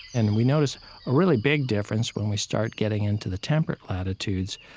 and we notice a really big difference when we start getting into the temperate latitudes,